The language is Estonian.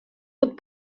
jutt